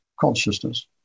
consciousness